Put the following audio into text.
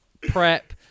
prep